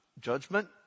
Judgment